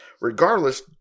regardless